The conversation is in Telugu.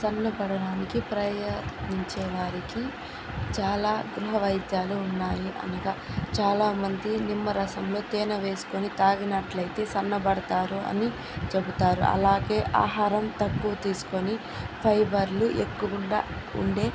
సన్న పడడానికి ప్రయత్నించే వారికి చాలా గృహ వైద్యాలు ఉన్నాయి అనగా చాలామంది నిమ్మరసంలో తేనె వేసుకొని తాగినట్లయితే సన్నబడతారు అని చెబుతారు అలాగే ఆహారం తక్కువ తీసుకొని ఫైబర్లు ఎక్కువగా ఉండే